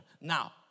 Now